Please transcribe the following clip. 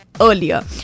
earlier